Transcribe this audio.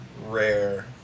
rare